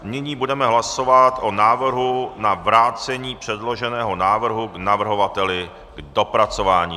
Nyní budeme hlasovat o návrhu na vrácení předloženého návrhu navrhovateli k dopracování.